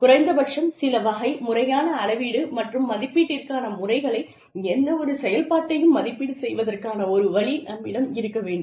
குறைந்தபட்சம் சில வகை முறையான அளவீட்டு மற்றும் மதிப்பீட்டிற்கான முறைகளைப் எந்தவொரு செயல்பாட்டையும் மதிப்பீடு செய்வதற்கான ஒரு வழி நம்மிடம் இருக்க வேண்டும்